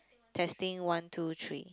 testing one two three